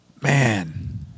Man